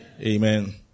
Amen